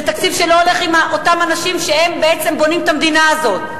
זה תקציב שלא הולך עם אותם אנשים שהם בעצם בונים את המדינה הזאת.